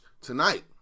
tonight